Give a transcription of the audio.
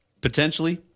Potentially